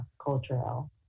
cultural